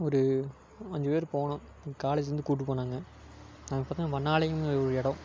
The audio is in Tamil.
ஒரு அஞ்சு பேர் போனோம் காலேஜிலேருந்து கூப்பிட்டு போனாங்க அப்போ தான் வனாலயம்ங்கிற ஒரு இடம்